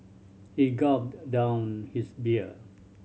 he gulped down his beer